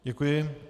Děkuji.